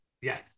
Yes